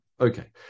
Okay